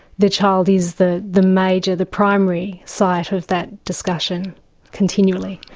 the child is the the major, the primary site of that discussion continually.